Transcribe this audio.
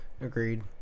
Agreed